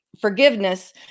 forgiveness